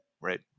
right